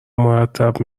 مرتب